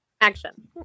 Action